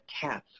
cats